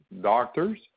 doctors